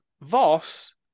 Voss